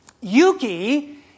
Yuki